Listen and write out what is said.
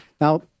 Now